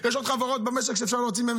ויש כאלה שהם בשכר ממוצע,